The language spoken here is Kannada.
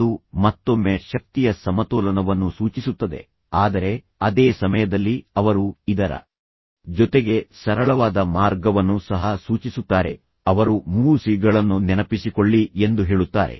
ಅದು ಮತ್ತೊಮ್ಮೆ ಶಕ್ತಿಯ ಸಮತೋಲನವನ್ನು ಸೂಚಿಸುತ್ತದೆ ಆದರೆ ಅದೇ ಸಮಯದಲ್ಲಿ ಅವರು ಇದರ ಜೊತೆಗೆ ಸರಳವಾದ ಮಾರ್ಗವನ್ನು ಸಹ ಸೂಚಿಸುತ್ತಾರೆ ಅವರು ಮೂರು ಸಿ ಗಳನ್ನು ನೆನಪಿಸಿಕೊಳ್ಳಿ ಎಂದು ಹೇಳುತ್ತಾರೆ